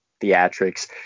theatrics